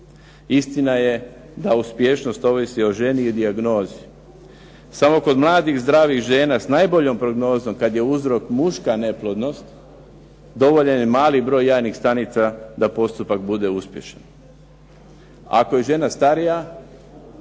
Istina je da uspješnost ovisi o ženi i dijagnozi, samo kod mladih, zdravih žena s najboljom prognozom kad je uzrok muška neplodnost, dovoljan je mali broj jajnih stanica da postupak bude uspješan. Ako je žena starija,